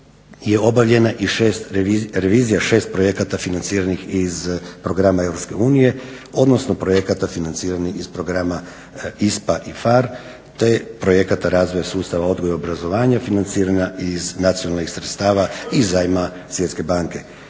je obavljeno i revizija 6 projekata financiranih iz programa iz EU odnosno projekta financiranih iz programa ISPA i PHARE te projekata razvoja sustava odgoja i obrazovanja financirana iz nacionalnih sredstava iz zajma Svjetske banke.